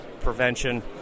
prevention